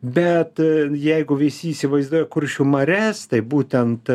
bet jeigu visi įsivaizduoja kuršių marias tai būtent